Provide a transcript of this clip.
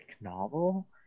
novel